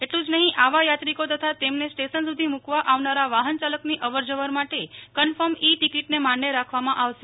એટલું જ નહિ આવા યાત્રીકો તથા તેમને સ્ટેશન સુધી મૂકવા આવનારા વાહનચાલકની અવર જવર માટે કન્ફર્મ ઇ ટિકીટને માન્ય રાખવામાં આવશે